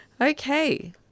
Okay